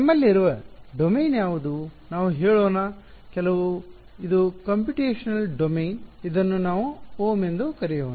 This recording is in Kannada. ನಮ್ಮಲ್ಲಿರುವ ಡೊಮೇನ್ ಯಾವುದು ನಾವು ಹೇಳೋಣ ಕೆಲವು ಇದು ಕಂಪ್ಯೂಟೇಶನಲ್ ಡೊಮೇನ್ ಇದನ್ನು ನಾವು Ω ಎಂದು ಕರೆಯೋಣ